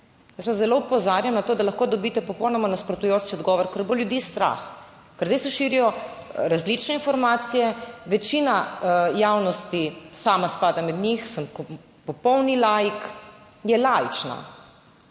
zelo opozarjam na to, da lahko dobite popolnoma nasprotujoči odgovor, ker bo ljudi strah, ker zdaj se širijo različne informacije, večina javnosti sama spada med njih, sem popolni laik, je laična